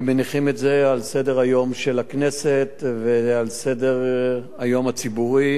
ומניחים את זה על סדר-היום של הכנסת ועל סדר-היום הציבורי,